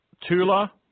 Tula